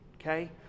okay